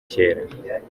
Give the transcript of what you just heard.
cyera